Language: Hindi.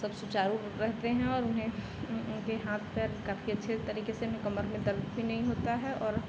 सब सुचारु रूप रहते हैं और उन्हें उनके हाथ पैर काफी अच्छे तरीके से उन्हें कमर में दर्द भी नहीं होता है और